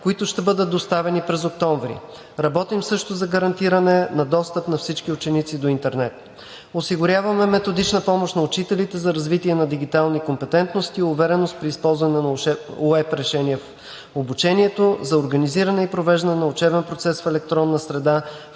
които ще бъдат доставени през октомври. Работим също за гарантиране на достъп на всички ученици до интернет. Осигуряваме методична помощ на учителите за развитие на дигитални компетентности и увереност при използване на уеб решения в обучението за организиране и провеждане на учебен процес в електронна среда,